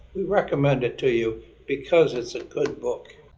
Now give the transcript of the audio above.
we recommend it to you because it's a good book.